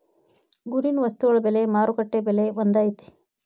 ಊರಿನ ವಸ್ತುಗಳ ಬೆಲೆ ಮಾರುಕಟ್ಟೆ ಬೆಲೆ ಒಂದ್ ಐತಿ?